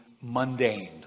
mundane